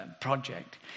Project